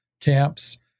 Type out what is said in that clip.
camps